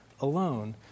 alone